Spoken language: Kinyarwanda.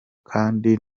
kandi